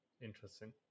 Interesting